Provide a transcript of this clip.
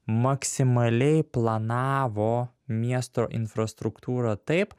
maksimaliai planavo miesto infrastruktūrą taip